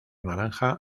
naranja